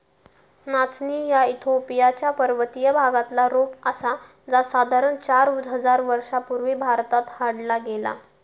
नाचणी ह्या इथिओपिया च्या पर्वतीय भागातला रोप आसा जा साधारण चार हजार वर्षां पूर्वी भारतात हाडला गेला